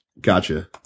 Gotcha